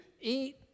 eat